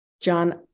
John